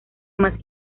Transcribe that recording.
más